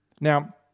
Now